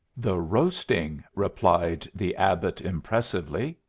the roasting, replied the abbot, impressively,